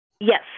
Yes